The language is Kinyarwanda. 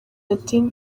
ati